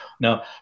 now